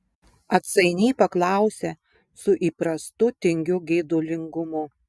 atsainiai paklausė su įprastu tingiu geidulingumu